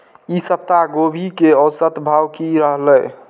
ई सप्ताह गोभी के औसत भाव की रहले?